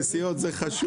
נסיעות זה חשוב.